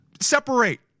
Separate